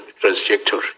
trajectory